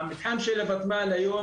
המתחם של הוותמ"ל היום,